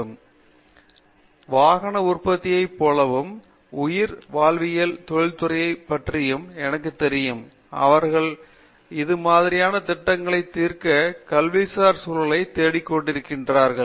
பேராசிரியர் பிரதாப் ஹரிதாஸ் வாகன உற்பத்தியைப் போலவும் உயிர்வாழ்வியல் தொழிற்துறையைப் பற்றியும் எனக்குத் தெரியும் அவர்களின் எது மாதிரியான திட்டங்களைத் தீர்க்க கல்விசார் சூழலைத் தேடிக்கொண்டிருக்கிறார்கள்